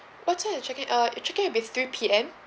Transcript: what time are the check in at uh the check in will be three P_M